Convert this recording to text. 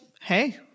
hey